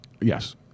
Yes